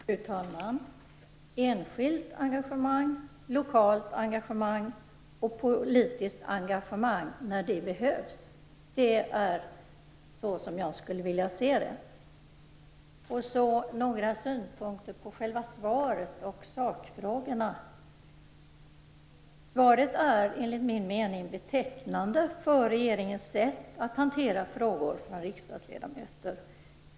Fru talman! Enskilt engagemang, lokalt engagemang och politiskt engagemang när det behövs - det är så jag skulle vilja se det. Jag har några synpunkter på själva svaret och sakfrågorna. Svaret är enligt min mening betecknande för regeringens sätt att hantera frågor från riksdagsledamöter.